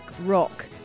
rock